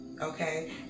okay